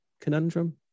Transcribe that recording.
conundrum